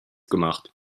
gemacht